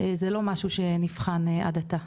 זה לא משהו שנבחן עד עתה.